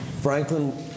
Franklin